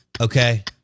okay